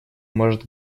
может